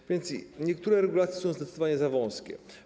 A więc niektóre regulacje są zdecydowanie za wąskie.